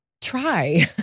try